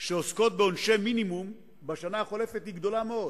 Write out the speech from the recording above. שעוסקות בעונשי מינימום בשנה החולפת היא גדולה מאוד,